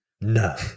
No